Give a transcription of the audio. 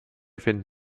finden